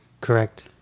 Correct